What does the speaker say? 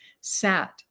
sat